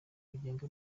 rigenga